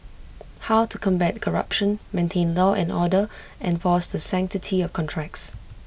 how to combat corruption maintain law and order enforce the sanctity of contracts